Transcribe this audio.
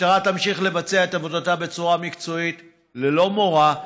המשטרה תמשיך לבצע את עבודתה בצורה מקצועית ללא מורא,